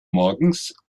morgens